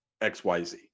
XYZ